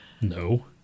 No